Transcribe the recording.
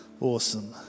Awesome